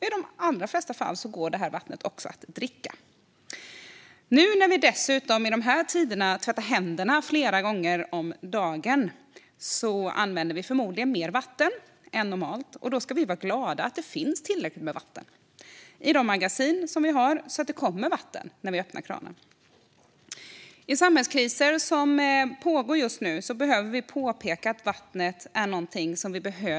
I de allra flesta fall går vattnet också att dricka. I dessa tider, när vi tvättar händerna flera gånger om dagen, använder vi förmodligen mer vatten än normalt. Då ska vi vara glada över att det finns tillräckligt med vatten i magasinen, så att det kommer vatten när vi öppnar kranen. I en samhällskris, som pågår just nu, behöver vi påpeka att vi behöver ha tillräckligt med vatten.